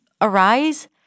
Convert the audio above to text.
arise